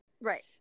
Right